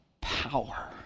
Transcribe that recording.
power